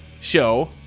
show